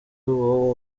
uwo